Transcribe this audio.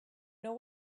know